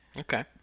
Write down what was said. okay